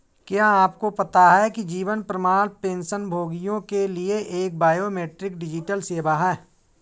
क्या आपको पता है जीवन प्रमाण पेंशनभोगियों के लिए एक बायोमेट्रिक डिजिटल सेवा है?